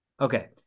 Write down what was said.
Okay